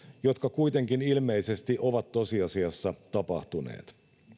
jotka kuitenkin ilmeisesti ovat tosiasiassa tapahtuneet